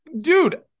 Dude